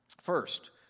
First